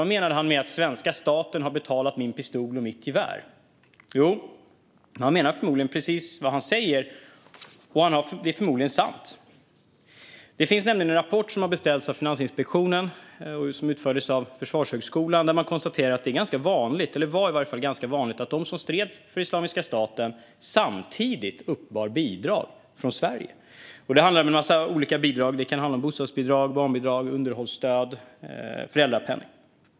Vad menade han med att svenska staten hade betalat hans pistol och gevär? Jo, han menade nog precis vad han sa, och det var förmodligen sant. Det finns nämligen en rapport som beställts av Finansinspektionen och som utarbetats av Försvarshögskolan. Där konstateras att det är ganska vanligt, eller i alla fall var ganska vanligt, att de som stred för Islamiska staten samtidigt uppbar bidrag från Sverige. Det handlar om en massa olika bidrag: bostadsbidrag, barnbidrag, underhållsstöd och föräldrapenning.